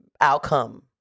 outcome